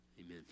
Amen